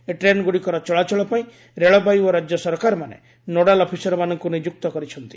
ଏହି ଟ୍ରେନ୍ଗୁଡ଼ିକର ଚଳାଚଳ ପାଇଁ ରେଳବାଇ ଓ ରାଜ୍ୟ ସରକାରମାନେ ନୋଡାଲ୍ ଅଫିସରମାନଙ୍କୁ ନିଯୁକ୍ତ କରିଛନ୍ତି